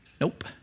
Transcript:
Nope